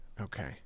okay